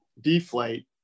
deflate